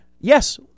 Yes